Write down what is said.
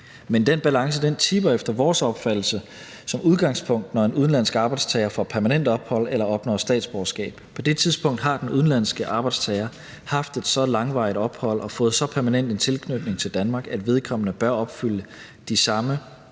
Men den balance tipper efter vores opfattelse som udgangspunkt, når en udenlandsk arbejdstager får permanent ophold eller opnår statsborgerskab. På det tidspunkt har den udenlandske arbejdstager haft et så langvarigt ophold og fået så permanent en tilknytningen til Danmark, at vedkommende bør opfylde de samme